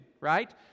right